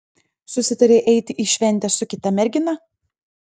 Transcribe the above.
susitarei eiti į šventę su kita mergina